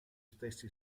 stessi